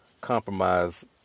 compromise